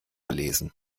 lesen